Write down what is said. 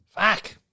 fuck